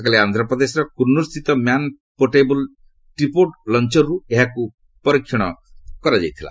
ଗତକାଲି ଆନ୍ଧ୍ରପ୍ରଦେଶର କୁର୍ଣ୍ଣୁଲ୍ ସ୍ଥିତ ମ୍ୟାନ୍ ପୋର୍ଟେବୂଲ୍ ଟ୍ରିପୋଡ୍ ଳଞ୍ଚର୍ରୁ ଏହାର ପରୀକ୍ଷଣ କରାଯାଇଥିଲା